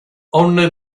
only